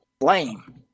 lame